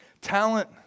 Talent